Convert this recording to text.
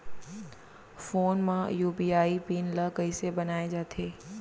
Phone म UPI PIN ल कइसे बनाये जाथे?